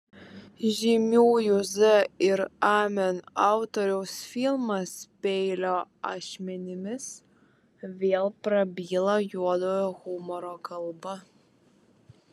žymiųjų z ir amen autoriaus filmas peilio ašmenimis vėl prabyla juodojo humoro kalba